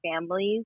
families